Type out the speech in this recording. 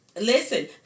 Listen